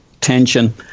tension